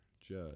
judge